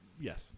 yes